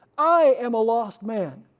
i am a lost man,